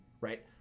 right